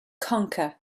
conquer